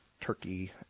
turkey